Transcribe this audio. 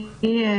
רחל זיו,